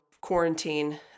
quarantine